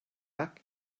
back